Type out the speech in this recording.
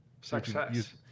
Success